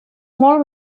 molt